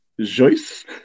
Joyce